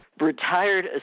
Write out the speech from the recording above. retired